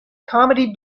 comedy